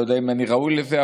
אני לא יודע אם אני ראוי לזה,